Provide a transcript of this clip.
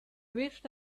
wished